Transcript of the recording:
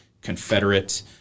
Confederate